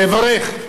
ואברך: